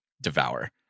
devour